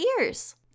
ears